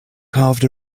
carved